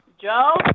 Joe